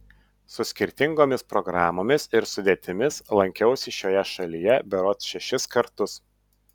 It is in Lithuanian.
su skirtingomis programomis ir sudėtimis lankiausi šioje šalyje berods šešis kartus